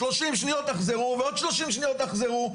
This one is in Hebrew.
30 שניות תחזרו ועוד 30 שניות תחזרו.